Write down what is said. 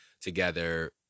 together